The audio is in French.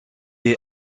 est